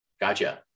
Gotcha